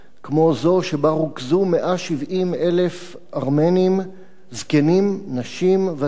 כמו זו שבה רוכזו 170,000 ארמנים זקנים, נשים וטף,